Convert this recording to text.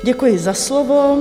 Děkuji za slovo.